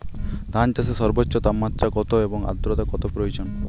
ধান চাষে সর্বোচ্চ তাপমাত্রা কত এবং আর্দ্রতা কত প্রয়োজন?